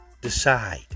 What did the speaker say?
decide